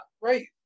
Right